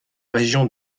région